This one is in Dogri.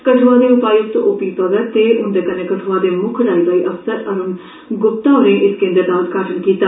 कठुआ दे उपायुक्त ओ पी मगत ते उंदे कन्ने कठुआ दे मुक्ख राई बाई अफसर अरूण गुप्ता होरे इस केनद्र दा उंद्घाटन कीता